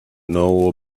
know